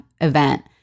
event